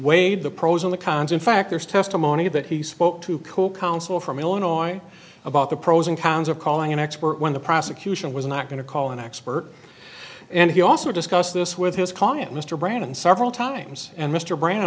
weighed the pros and the cons in fact there's testimony that he spoke to co counsel from illinois about the pros and cons of calling an expert when the prosecution was not going to call an expert and he also discussed this with his client mr brandon several times and mr br